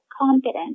confident